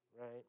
right